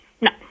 No